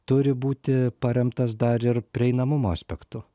turi būti paremtas dar ir prieinamumo aspektu